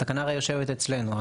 התקנה הרי יושבת אצלנו.